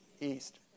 East